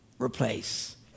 replace